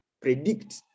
predict